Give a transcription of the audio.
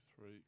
three